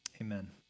Amen